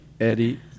Eddie